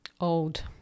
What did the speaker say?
old